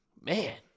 Man